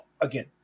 again